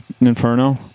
inferno